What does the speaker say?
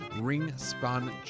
ring-spun